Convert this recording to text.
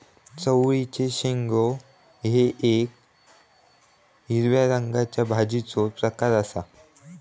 चवळीचे शेंगो हे येक हिरव्या रंगाच्या भाजीचो प्रकार आसा